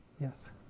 Yes